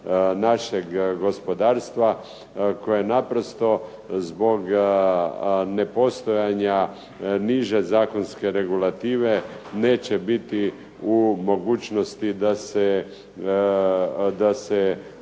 našeg gospodarstva koje naprosto zbog nepostojanja niže zakonske regulative neće biti u mogućnosti da se